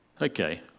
Okay